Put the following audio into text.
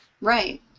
Right